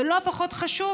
ולא פחות חשוב,